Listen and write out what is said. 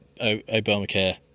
obamacare